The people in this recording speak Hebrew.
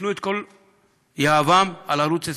שמו את כל יהבם על ערוץ 20,